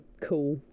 cool